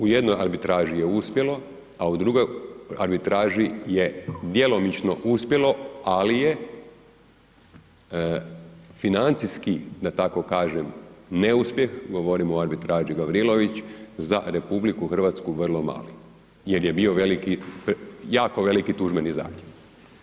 U jednoj arbitraži je uspjelo, a u drugoj arbitraži je djelomično uspjelo, ali je financijski, da tako kažem, neuspjeh, govorimo o arbitraži Gavrilović, za RH vrlo mali jel je bio veliki, jako veliki tužbeni zahtjev.